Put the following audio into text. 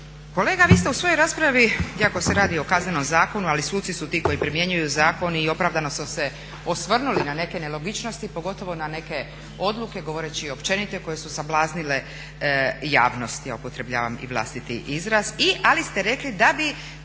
Kolega vi ste u svojoj raspravi, iako se radi o Kaznenom zakonu, ali suci su ti koji primjenjuju zakon i opravdano su se osvrnuli na neke nelogičnosti, pogotovo na neke odluke govoreći općenite koje su sablaznile javnost. Ja upotrebljavam i vlastiti izraz, ali ste rekli da bi